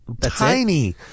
Tiny